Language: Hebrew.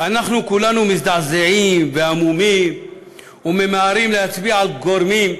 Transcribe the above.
אנחנו כולנו מזדעזעים והמומים וממהרים להצביע על גורמים,